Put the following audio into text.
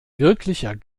wirklicher